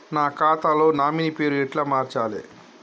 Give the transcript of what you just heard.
నా ఖాతా లో నామినీ పేరు ఎట్ల మార్చాలే?